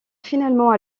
finalement